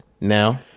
now